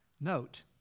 Note